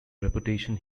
reputation